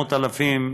מאות אלפים,